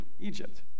Egypt